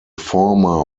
former